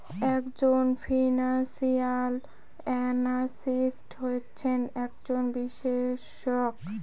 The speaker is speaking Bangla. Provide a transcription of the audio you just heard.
এক জন ফিনান্সিয়াল এনালিস্ট হচ্ছেন একজন বিশেষজ্ঞ